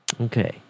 Okay